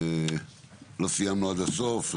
לא סיימנו עד הסוף,